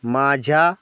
माझ्या